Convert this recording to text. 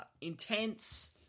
intense